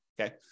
okay